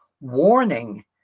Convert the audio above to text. warning